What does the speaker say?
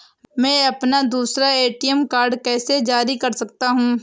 मैं अपना दूसरा ए.टी.एम कार्ड कैसे जारी कर सकता हूँ?